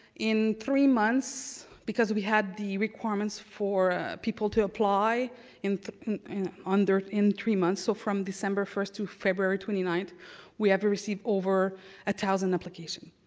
in three months, because we had the requirements for people to apply in and in three months, so from december first to february twenty ninth we have received over one ah thousand applications.